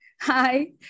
Hi